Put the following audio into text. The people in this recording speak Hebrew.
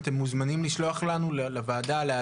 אתם מוזמנים לשלוח אותם לוועדה,